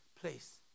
place